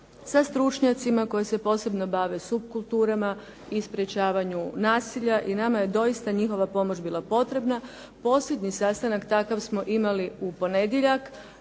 sa stručnjacima koji se posebno bave subkulturama i sprječavanju nasilja i nama je doista njihova pomoć bila potrebna. Posljednji sastanak takav smo imali u ponedjeljak